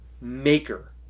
Maker